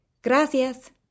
Gracias